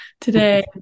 today